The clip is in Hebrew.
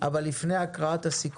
אבל לפני כן,